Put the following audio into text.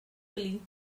billy